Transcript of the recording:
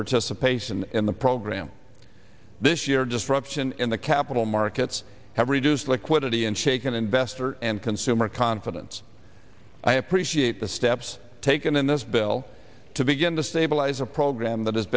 participation in the program this year disruption in the capital markets have reduced liquidity and shaken investor and consumer confidence i appreciate the steps taken in this bill to big in the stabiliser program that has